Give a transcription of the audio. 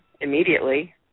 immediately